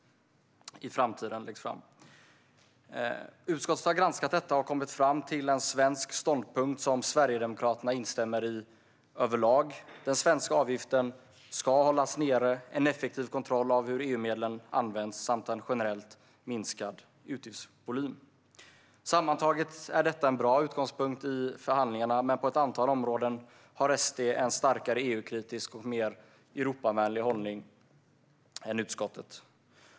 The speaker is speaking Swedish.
Diskussionsunderlag om framtiden för EU:s finanser Utskottet har granskat detta och kommit fram till en svensk ståndpunkt som Sverigedemokraterna överlag instämmer i: att den svenska avgiften ska hållas nere samt att det behövs effektiv kontroll av hur EU-medlen används och en generellt minskad utgiftsvolym. Sammantaget är detta en bra utgångspunkt i förhandlingarna, men på ett antal områden har SD en starkare EU-kritisk och mer Europavänlig hållning än utskottet.